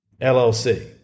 LLC